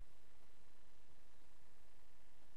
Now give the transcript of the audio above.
והשגרירות